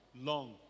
Long